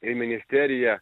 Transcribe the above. i ministerija